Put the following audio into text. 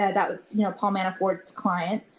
ah that was you know paul manafort's client,